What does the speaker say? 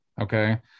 okay